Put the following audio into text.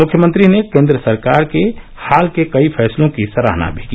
मुख्यमंत्री ने केन्द्र सरकार के हाल के कई फैसलों की सराहना भी की